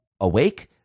awake